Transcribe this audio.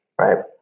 right